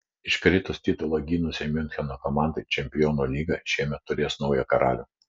iškritus titulą gynusiai miuncheno komandai čempionų lyga šįmet turės naują karalių